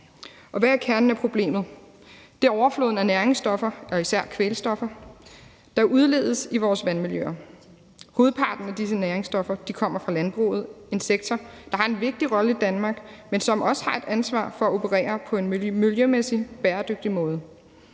og hvad er kernen i problemet? Det er overfloden af næringsstoffer og især kvælstoffer, der udledes i vores vandmiljøer. Hovedparten af disse næringsstoffer kommer fra landbruget – en sektor, der har en vigtig rolle i Danmark, men som også har et ansvar for at operere på en miljømæssigt bæredygtig måde.